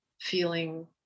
feeling